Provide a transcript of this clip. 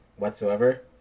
whatsoever